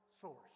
source